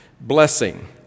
blessing